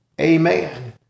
Amen